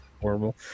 Horrible